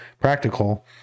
practical